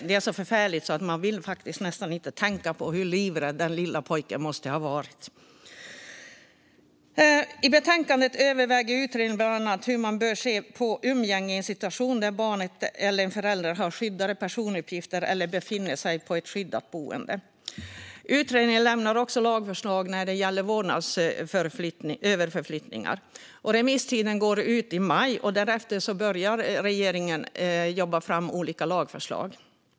Det är så förfärligt att man knappt vill tänka på hur livrädd den lille pojken måste ha varit. I betänkandet överväger utredningen bland annat hur man bör se på umgänge i en situation där barnet eller en förälder har skyddade personuppgifter eller befinner sig på ett skyddat boende. Utredningen lämnar också lagförslag när det gäller vårdnadsöverflyttningar. Remisstiden går ut i maj, och därefter börjar regeringen att jobba fram olika lagförslag.